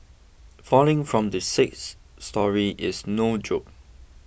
falling from the sixth storey is no joke